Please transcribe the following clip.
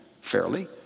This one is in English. fairly